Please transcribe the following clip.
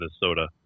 Minnesota